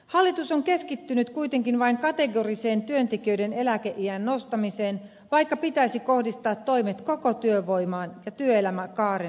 hallitus on keskittynyt kuitenkin vain kategoriseen työntekijöiden eläkeiän nostamiseen vaikka pitäisi kohdistaa toimet koko työvoimaan ja työelämäkaaren kokonaisuuteen